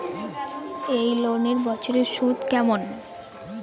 এই লোনের বছরে সুদ কেমন?